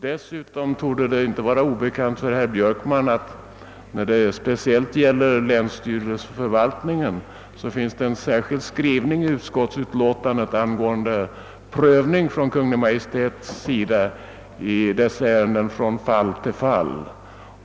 Dessutom torde det inte vara obekant för herr Björkman att det i fråga om länsstyrelseförvaltningen finns en särskild skrivning i utskottsutlåtandet angående prövning från Kungl. Maj:ts sida i dessa ärenden från fall till fall.